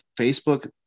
Facebook